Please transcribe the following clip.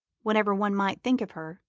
whatever one might think of her,